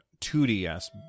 2DS